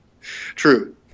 True